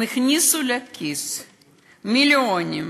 הם הכניסו לכיס מיליונים,